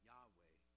Yahweh